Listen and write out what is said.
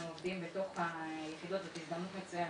עובדים בתוך היחידות וזאת הזדמנות מצוינת